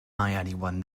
anyone